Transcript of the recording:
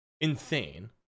insane